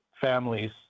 families